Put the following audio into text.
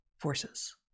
forces